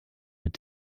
mit